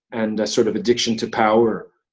and the sort of addiction to power.